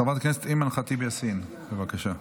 חברת הכנסת אימאן ח'טיב יאסין, בבקשה.